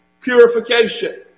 purification